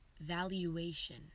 Valuation